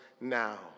now